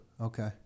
Okay